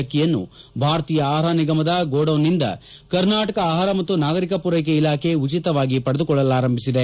ಅಕ್ಕಿ ಯನ್ನು ಭಾರತೀಯ ಆಹಾರ ನಿಗಮದ ಗೋಡನ್ ನಿಂದ ಕರ್ನಾಟಕ ಆಹಾರ ಮತ್ತು ನಾಗರಿಕ ಪೂರೈಕೆ ಇಲಾಖೆ ಉಚಿತವಾಗಿ ಪಡೆದುಕೊಳ್ಳಲಾರಂಭಿಸಿದೆ